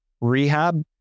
Rehab